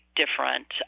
different